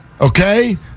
Okay